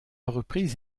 reprise